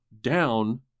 down